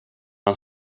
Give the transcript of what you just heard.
han